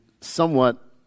somewhat